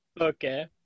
Okay